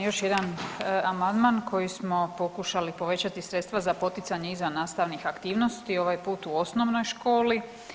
Još jedan amandman kojim smo pokušali povećati sredstva za poticanje izvannastavnih aktivnosti, ovaj put u osnovnoj školi.